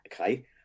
okay